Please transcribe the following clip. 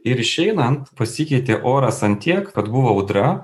ir išeinant pasikeitė oras ant tiek kad buvo audra